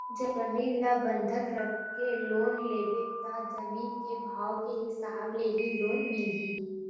जमीन ल बंधक राखके लोन लेबे त जमीन के भाव के हिसाब ले ही लोन मिलही